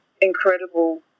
incredible